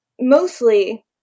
mostly